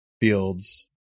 fields